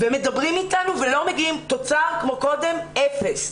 מדברים אתנו ולא מגיעים תוצר כמו קודם, אפס.